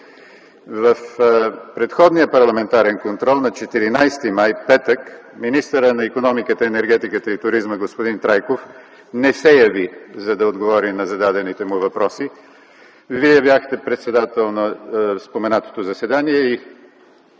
В предходния Парламентарен контрол на 14 май 2010 г., петък, министърът на икономиката, енергетиката и туризма, господин Трайков не се яви, за да отговори на зададените му въпроси. Вие бяхте председател на това заседание